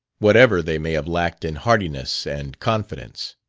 whatever they may have lacked in heartiness and confidence.